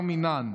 בר מינן.